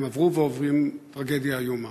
והם עברו ועוברים טרגדיה איומה.